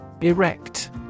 Erect